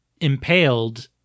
impaled